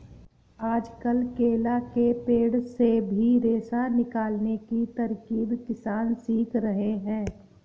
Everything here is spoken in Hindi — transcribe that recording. आजकल केला के पेड़ से भी रेशा निकालने की तरकीब किसान सीख रहे हैं